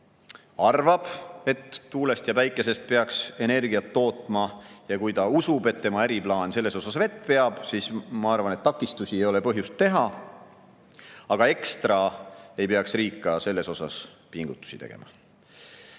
arvab, et tuulest ja päikesest peaks energiat tootma, ja ta usub, et tema äriplaan selles osas vett peab, siis ma arvan, et takistusi ei ole põhjust teha. Aga ekstra ei peaks riik selle puhul pingutusi tegema.